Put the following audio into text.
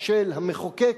של המחוקק